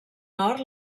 nord